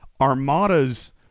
armadas